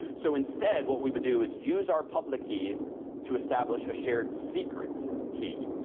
so instead what we would do is use our public keys to establish a shared secret key.